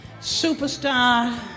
superstar